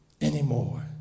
Anymore